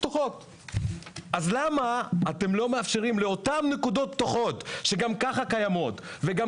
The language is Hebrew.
אז למה אתם לא מאפשרים לאותן נקודות פתוחות שגם ככה קיימות וגם